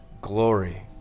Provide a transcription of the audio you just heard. glory